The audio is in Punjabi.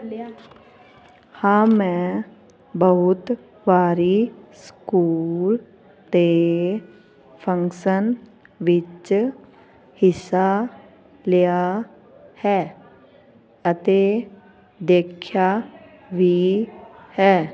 ਹਾਂ ਮੈਂ ਬਹੁਤ ਵਾਰੀ ਸਕੂਲ ਦੇ ਫੰਕਸ਼ਨ ਵਿੱਚ ਹਿੱਸਾ ਲਿਆ ਹੈ ਅਤੇ ਦੇਖਿਆ ਵੀ ਹੈ